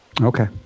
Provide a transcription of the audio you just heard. Okay